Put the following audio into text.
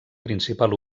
principal